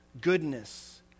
goodness